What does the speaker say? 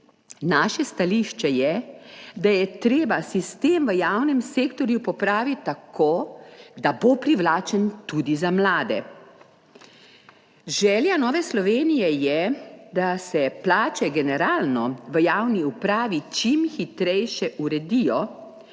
naše stališče je, da je treba sistem v javnem sektorju popraviti tako, da bo privlačen tudi za mlade. Želja Nove Slovenije je, da se plače generalno v javni upravi čim hitreje uredijo,